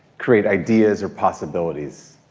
create ideas or possibilities.